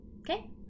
okay